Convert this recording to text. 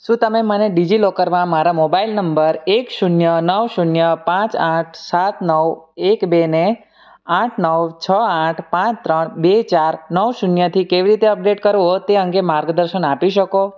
શું તમે મને ડિજિલોકરમાં મારા મોબાઇલ નંબર એક શૂન્ય નવ શૂન્ય પાંચ આઠ સાત નવ એક બે ને આઠ નવ છ આઠ પાંચ ત્રણ બે ચાર નવ શૂન્યથી કેવી રીતે અપડેટ કરવો તે અંગે માર્ગદર્શન આપી શકો